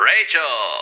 Rachel